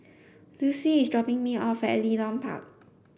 Dulcie is dropping me off at Leedon Park